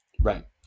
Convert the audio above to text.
Right